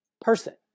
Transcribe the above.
person